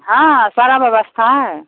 हँ सारी व्यवस्था है